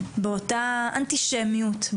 באותה אנטישמיות,